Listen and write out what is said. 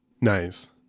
Nice